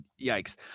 yikes